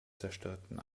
zerstörten